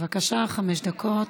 בבקשה, חמש דקות.